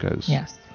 Yes